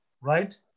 right